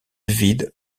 vide